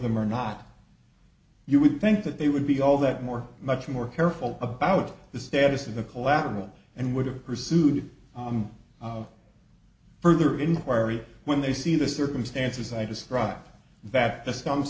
them or not you would think that they would be all that more much more careful about the status of the collateral and would have pursued further inquiry when they see the circumstances i described that the stumps